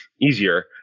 easier